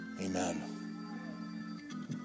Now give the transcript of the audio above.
Amen